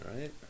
right